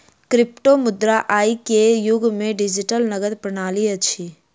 क्रिप्टोमुद्रा आई के युग के डिजिटल नकद प्रणाली अछि